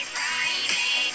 Friday